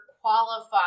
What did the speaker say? qualify